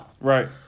Right